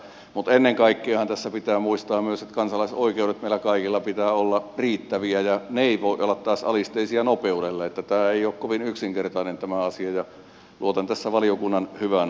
mutta ennen kaikkeahan tässä pitää muistaa myös että kansalaisoikeuksien pitää meillä kaikilla olla riittävät ja ne taas eivät voi olla alisteisia nopeudelle joten tämä asia ei ole kovin yksinkertainen ja luotan tässä valiokunnan hyvän